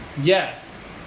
yes